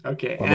Okay